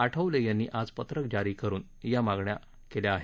आठवले यांनी आज पत्रक जारी करुन या मागण्या जारी केल्या आहेत